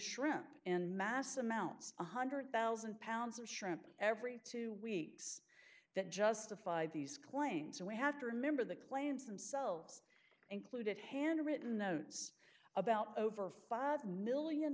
shrimp in mass amounts one hundred thousand pounds of shrimp every two weeks that justify these claims and we have to remember the claims themselves included handwritten notes about over five million